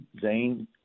Zane